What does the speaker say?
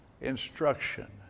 instruction